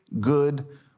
good